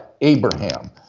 Abraham